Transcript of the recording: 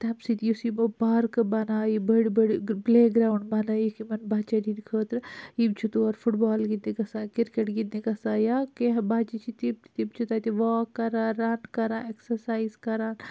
تَمہِ سٍتۍ یُس یُمو پارکہٕ بَنایہِ بٔڈۍ بٔڈۍ پُلے گرٛاوُنٛڈ بَنٲیِکھ یِمَن بَچَن ہٕنٛدِ خٲطرٕ یِم چھِ تور فُٹ بال گِنٛدنہِ گَژھان کِرکَٹ گِنٛدنہِ گَژھان یا کیٚنٛہہ بَچہِ چھِ تِم تِم چھِ تَتہِ واک کَران رن کَران اِیٚکزرسایِز کَران